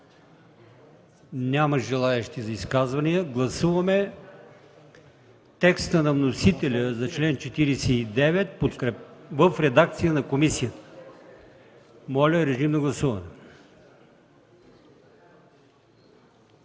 Няма желаещи за изказвания. Гласуваме текста на вносителя за чл. 49 в редакцията на комисията. Гласували